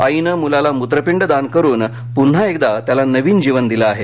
आईने मूलाला मूत्रपिंड दान करुन पुन्हा एकदा त्याला नवीन जीवन दिले आहे